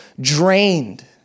drained